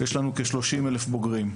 יש לנו כ-30,000 בוגרים.